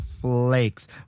flakes